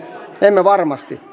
emme varmasti